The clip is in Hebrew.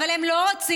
אבל הם לא רוצים,